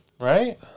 Right